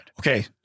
Okay